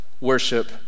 worship